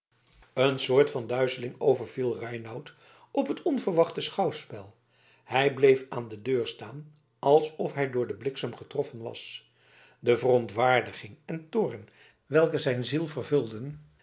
een soort van duizeling overviel reinout op het onverwachte schouwspel hij bleef aan de deur staan alsof hij door den bliksem getroffen was de verontwaardiging en toorn welke zijn ziel vervulden